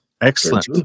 Excellent